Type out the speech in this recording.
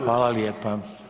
Hvala lijepa.